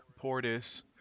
Portis